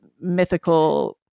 mythical